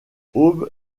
aube